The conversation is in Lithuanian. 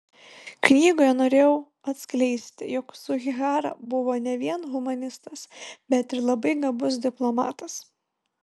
knygoje norėjau atskleisti jog sugihara buvo ne vien humanistas bet ir labai gabus diplomatas